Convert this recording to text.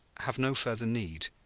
have no further need